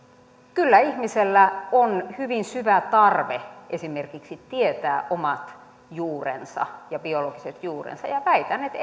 kyllä ihmisellä on hyvin syvä tarve esimerkiksi tietää omat juurensa ja biologiset juurensa ja väitän että